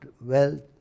wealth